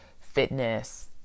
fitness